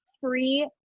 free